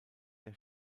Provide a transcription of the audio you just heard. der